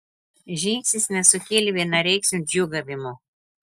žingsnis nesukėlė vienareikšmio džiūgavimo